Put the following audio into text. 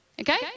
Okay